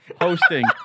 hosting